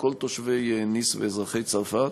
כל תושבי ניס ואזרחי צרפת.